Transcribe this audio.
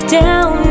down